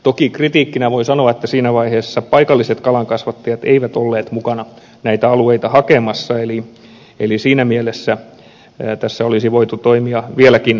toki kritiikkinä voin sanoa että siinä vaiheessa paikalliset kalankasvattajat eivät olleet mukana näitä alueita hakemassa eli siinä mielessä tässä olisi voitu toimia vieläkin paremmin